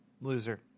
loser